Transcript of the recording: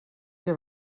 que